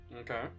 Okay